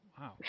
Wow